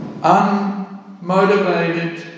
Unmotivated